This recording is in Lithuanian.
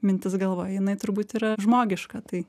mintis galvoj jinai turbūt yra žmogiška tai